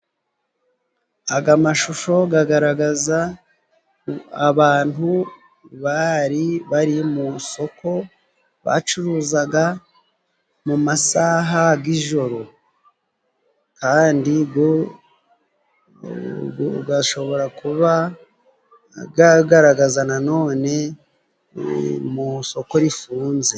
Aga mashusho gagaragaza abantu bari bari mu soko bacuruzaga mu masaha g'ijoro kandi gashobora kuba gagaragaza nanone mu soko rifunze.